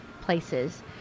places